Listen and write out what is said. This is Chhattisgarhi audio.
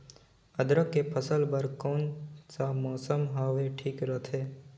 अदरक के फसल बार कोन सा मौसम हवे ठीक रथे?